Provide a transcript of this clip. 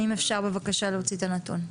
אם אפשר בבקשה להוציא את הנתון.